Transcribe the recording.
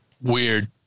Weird